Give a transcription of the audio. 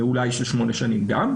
אולי של 8 שנים גם,